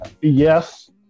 yes